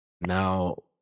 now